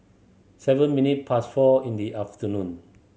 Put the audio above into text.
seven minute past four in the afternoon